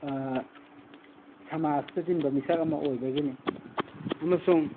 ꯁꯃꯥꯖꯇ ꯇꯤꯟꯕ ꯃꯤꯁꯛ ꯑꯃ ꯑꯣꯏꯕꯒꯤꯅꯤ ꯑꯃꯁꯨꯡ